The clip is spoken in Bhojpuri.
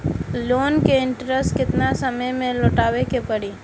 लोन के इंटरेस्ट केतना समय में लौटावे के पड़ी?